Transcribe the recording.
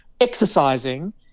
exercising